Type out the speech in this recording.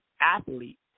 athlete